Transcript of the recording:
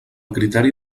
criteri